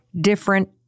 different